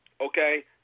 Okay